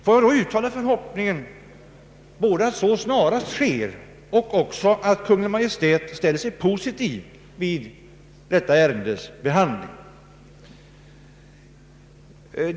Låt mig uttala förhoppningen att så snarast sker och att Kungl. Maj:t ställer sig positiv vid detta ärendes behandling.